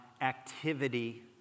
activity